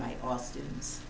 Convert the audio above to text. by austin's